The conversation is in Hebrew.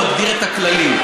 החוק מגדיר את הכללים.